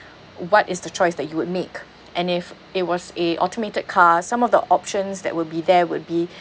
what is the choice that you would make and if it was a automated car some of the options that will be there would be